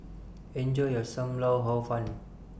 Enjoy your SAM Lau Hor Fun